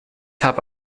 habe